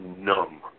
numb